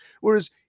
Whereas